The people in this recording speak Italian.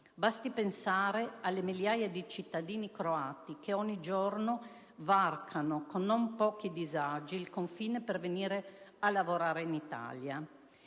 Basti pensare alle migliaia di cittadini croati che ogni giorno varcano con non pochi disagi il confine per venire a lavorare in Italia.